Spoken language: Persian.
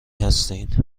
هستین